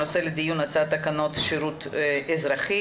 הנושא לדיון הצעת תקנות שירות אזרחי